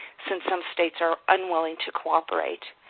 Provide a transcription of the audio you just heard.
since some states are unwilling to cooperate.